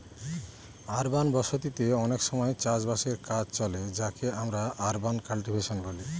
urban বসতি তে অনেক সময় চাষ বাসের কাজে চলে যাকে আমরা আরবান কাল্টিভেশন বলি